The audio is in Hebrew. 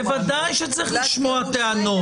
בוודאי שצריך לשמוע טענות.